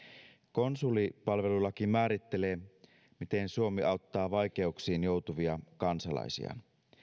konsulipalvelulaki määrittelee miten suomi auttaa vaikeuksiin joutuvia kansalaisiaan